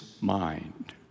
mind